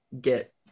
get